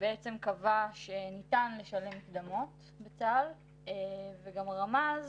שקבע שניתן לשלם מקדמות בצה"ל וגם רמז